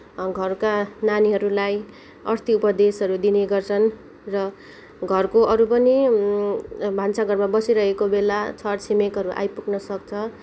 घरका नानीहरूलाई अर्ती उपदेशहरू दिने गर्छन् र घरको अरू पनि भान्सा घरमा बसिरहेको बेला छर छिमेकीहरू आइपुग्न सक्छ